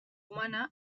humana